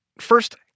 First